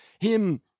him